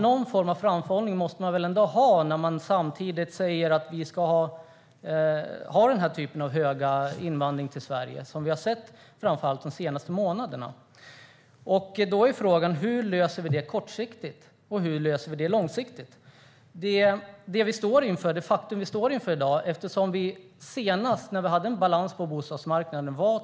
Någon form av framförhållning måste man väl ändå ha när man säger att vi ska ha den stora invandring till Sverige som vi har sett framför allt under de senaste månaderna. Frågan är: Hur löser vi detta kortsiktigt och långsiktigt? Vi ligger mycket efter nu eftersom det var 2003 som vi senast hade balans på bostadsmarknaden.